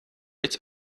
its